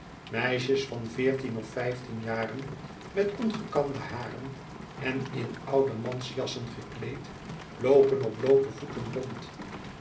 meisjes van veertien of vijftien jaren met ongekamde haren en in oude mansjassen gekleed loopen op bloote voeten rond